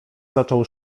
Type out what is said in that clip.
zaczął